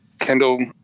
Kendall